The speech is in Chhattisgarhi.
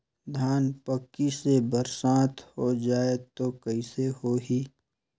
धान पक्की से बरसात हो जाय तो कइसे हो ही?